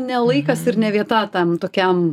ne laikas ir ne vieta tam tokiam